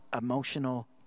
emotional